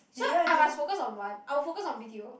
so I must focus on one I'll focus on B_T_O